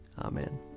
Amen